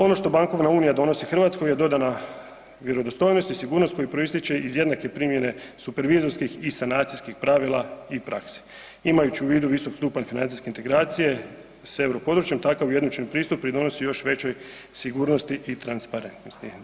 Ono što bankovna unija donosi Hrvatskoj je dodana vjerodostojnost i sigurnost koja proističe iz jednake primjene supervizorskih i sanacijskih pravila i praksi imajući u vidu visoki stupanj financijske integracije s euro područjem takav ujednačen pristup pridonosi još većoj sigurnosti i transparentnosti.